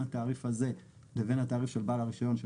התעריף הזה לבין התעריף של בעל הרישיון,